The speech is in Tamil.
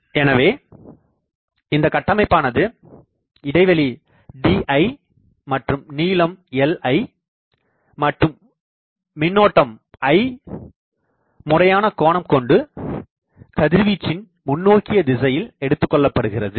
ZNN IN எனவே இந்த கட்டமைப்பானது இடைவெளி di மற்றும் நீளம் li மின்னோட்டம் I முறையான கோணம் கொண்டு கதிர்வீச்சின் முன்னோக்கிய திசையில் எடுத்துக் கொள்ளப்படுகிறது